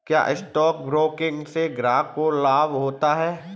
क्या stock broking से ग्राहक को लाभ होता है?